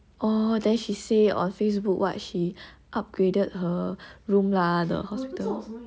orh then she say on facebook what she upgraded her room lah the hospital